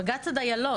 בג"צ הדיילות,